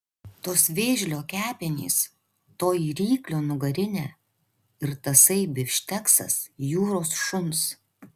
tos vėžlio kepenys toji ryklio nugarinė ir tasai bifšteksas jūros šuns